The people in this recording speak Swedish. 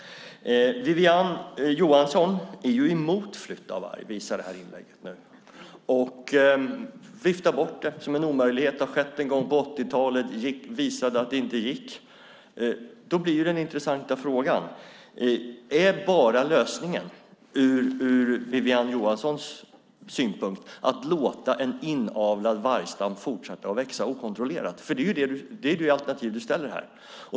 Wiwi-Anne Johansson är emot flytt av varg, visar det här inlägget. Hon viftar bort det som en omöjlighet. Det har skett en gång på 80-talet. Det visade sig att det inte gick. Då blir den intressanta frågan: Är lösningen ur Wiwi-Anne Johanssons synpunkt att bara låta en inavlad vargstam fortsätta växa okontrollerat? Det är ju det alternativ som framställs här.